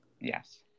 Yes